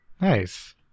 Nice